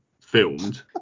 filmed